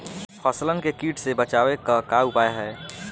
फसलन के कीट से बचावे क का उपाय है?